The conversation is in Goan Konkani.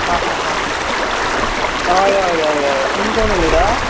हां हां हां हय हय हय हय तुमी कोण उलयता